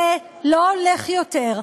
זה לא הולך יותר.